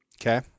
Okay